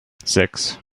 sechs